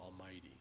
Almighty